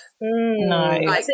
No